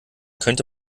könnte